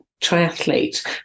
triathlete